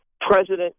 President